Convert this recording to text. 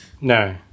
No